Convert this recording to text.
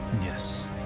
Yes